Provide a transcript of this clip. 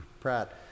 Pratt